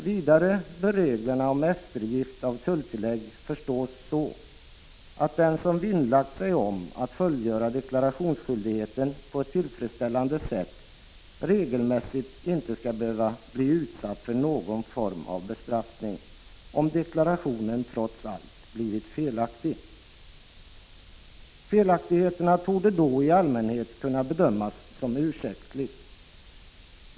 Vidare bör reglerna om eftergift av tulltillägg förstås så, att den som vinnlagt sig om att fullgöra deklarationsskyldigheten på ett tillfredsställande sätt regelmässigt inte skall behöva bli utsatt för någon form av bestraffning om deklarationen trots allt blivit felaktig. Felaktigheten torde då i allmänhet kunna bedömas som ursäktlig.